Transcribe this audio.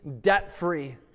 debt-free